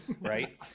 right